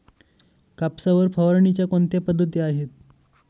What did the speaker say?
कापसावर फवारणीच्या कोणत्या पद्धती आहेत?